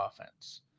offense